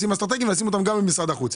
לנושאים אסטרטגיים ולהעביר אותם למשרד החוץ.